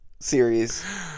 series